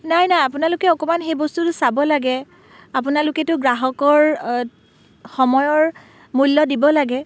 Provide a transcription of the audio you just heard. নাই নাই আপোনালোকে অকণমান সেই বস্তুটো চাব লাগে আপোনালোকেটো গ্ৰাহকৰ সময়ৰ মূল্য দিব লাগে